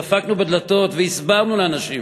דפקנו בדלתות והסברנו לאנשים